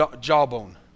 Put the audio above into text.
jawbone